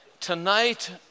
tonight